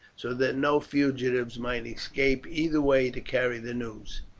so that no fugitives might escape either way to carry the news.